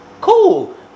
cool